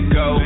go